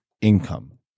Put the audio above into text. income